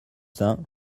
saint